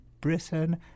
Britain